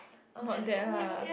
not there lah